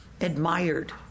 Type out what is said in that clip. admired